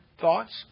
thoughts